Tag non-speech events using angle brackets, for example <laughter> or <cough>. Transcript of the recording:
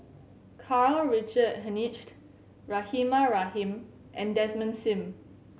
Karl Richard Hanitsch <unintelligible> Rahimah Rahim and Desmond Sim